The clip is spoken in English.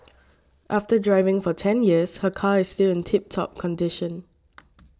after driving for ten years her car is still in tip top condition